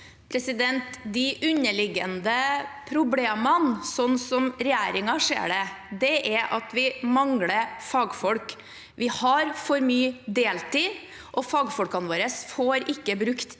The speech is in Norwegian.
De underlig- gende problemene, slik regjeringen ser det, er at vi mangler fagfolk. Vi har for mye deltid, og fagfolkene våre får ikke brukt tiden